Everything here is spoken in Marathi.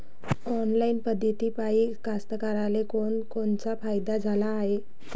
ऑनलाईन पद्धतीपायी कास्तकाराइले कोनकोनचा फायदा झाला हाये?